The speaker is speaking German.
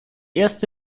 erste